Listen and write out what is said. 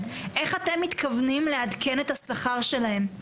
איך אתם מתכוונים לעדכן את השכר שלהם.